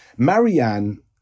Marianne